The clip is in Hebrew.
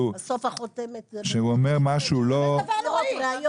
שהוא אומר משהו לא --- זה דבר נוראי,